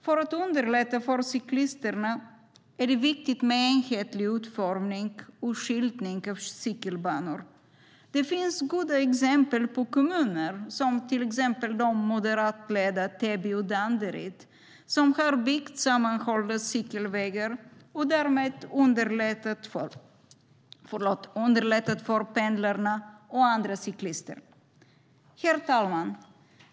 För att underlätta för cyklisterna är det viktigt med enhetlig utformning och skyltning av cykelbanor. Det finns goda exempel på kommuner, till exempel moderatledda Täby och Danderyd, som har byggt sammanhållna cykelvägar och därmed underlättat för pendlarna och andra cyklister. Herr talman!